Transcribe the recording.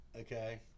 okay